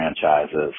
franchises